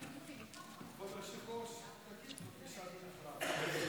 כבוד היושב-ראש, תגיד בבקשה מי אחריו.